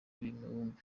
mibumbe